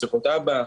מסיכות אב"כ